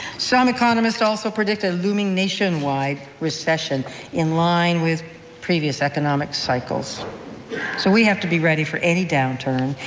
some economists also predict a looming nationwide recession in line with previous economic cycles. so we have to be ready for any downturn,